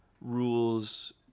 rules